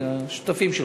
השותפים שלך,